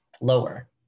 lower